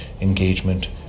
engagement